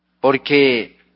porque